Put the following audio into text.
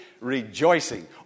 rejoicing